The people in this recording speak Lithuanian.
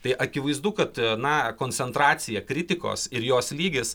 tai akivaizdu kad na koncentracija kritikos ir jos lygis